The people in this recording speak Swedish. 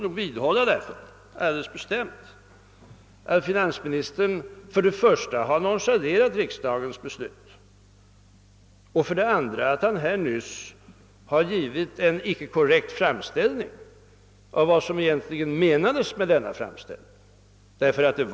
Jag vidhåller bestämt att finansministern för det första har nonchalerat riksdagens beslut och för det andra har givit en icke korrekt framställning av vad som egentligen menades med riksdagsbeslutet.